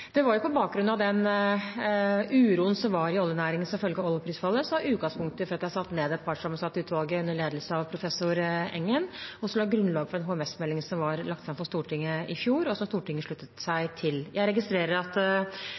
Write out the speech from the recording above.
Det var på bakgrunn av den uroen som var i oljenæringen som følge av oljeprisfallet, at jeg satte ned et partssammensatt utvalg under ledelse av professor Engen, og som la grunnlaget for en HMS-melding som ble lagt fram på Stortinget i fjor, og som Stortinget sluttet seg til. Jeg registrerer at